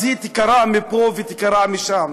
אז היא תיקרע מפה ותיקרע משם.